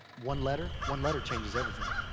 one letter? one letter changes everything.